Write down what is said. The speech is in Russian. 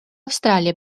австралия